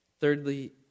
Thirdly